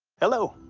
hello,